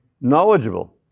knowledgeable